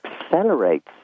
accelerates